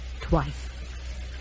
Twice